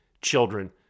children